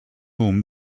whom